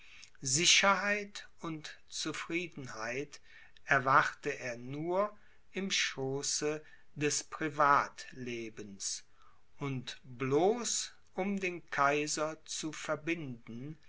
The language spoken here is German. sicherheit und zufriedenheit erwarte er nur im schooße des privatlebens und bloß um den kaiser zu verbinden